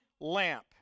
lamp